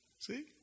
See